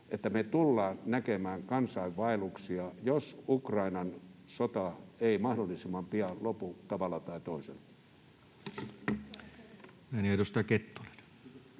että me tullaan näkemään kansainvaelluksia, jos Ukrainan sota ei mahdollisimman pian lopu tavalla tai toisella.